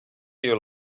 you